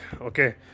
okay